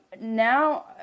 now